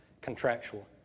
contractual